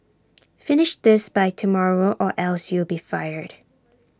finish this by tomorrow or else you'll be fired